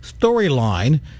storyline